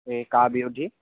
এই কা বিৰোধী